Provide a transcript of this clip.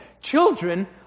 children